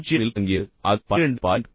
30 இல் தொடங்கியது பின்னர் திடீரென்று அது 12